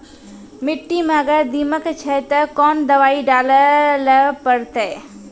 मिट्टी मे अगर दीमक छै ते कोंन दवाई डाले ले परतय?